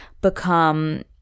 become